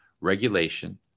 Regulation